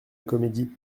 comédie